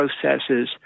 processes